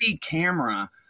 camera